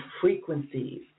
frequencies